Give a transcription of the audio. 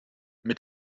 mit